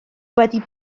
wedi